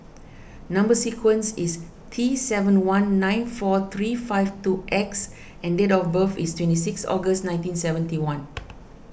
Number Sequence is T seven one nine four three five two X and date of birth is twenty six August nineteen seventy one